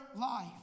life